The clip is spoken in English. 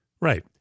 Right